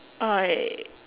I